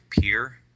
pier